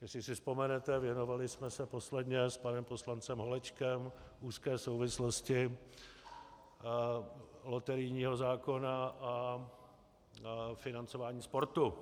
Jestli si vzpomenete, věnovali jsme se posledně s panem poslancem Holečkem úzké souvislosti loterijního zákona a financování sportu.